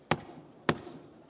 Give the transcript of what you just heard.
p p p